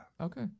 Okay